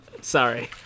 Sorry